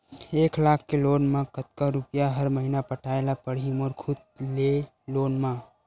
एक लाख के लोन मा कतका रुपिया हर महीना पटाय ला पढ़ही मोर खुद ले लोन मा?